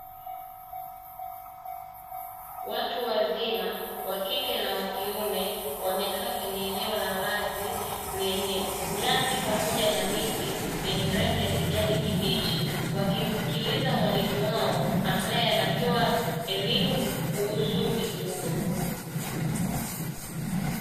Watu wazima wakike na wakiume wamekaa kwenye eneo la wazi lenye nyasi pamoja na miti yenye rangi ya kijani kibichi, wakimsikiliza mwalimu wao ambaye anatoa elimu kuhusu mifugo.